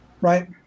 Right